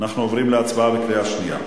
עוברים להצבעה בקריאה שנייה.